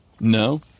No